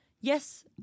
yes